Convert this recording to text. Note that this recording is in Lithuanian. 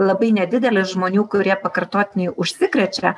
labai nedidelis žmonių kurie pakartotinai užsikrečia